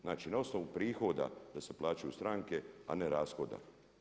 Znači na osnovu prihoda da se plaćaju stranke a ne rashoda.